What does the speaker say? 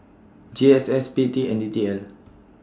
G S S P T and D T L